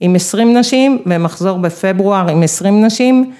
עם עשרים נשים ומחזור בפברואר עם עשרים נשים.